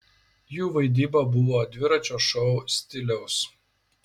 jų vaidyba buvo dviračio šou stiliaus